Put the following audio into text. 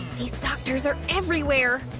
these doctors are everywhere!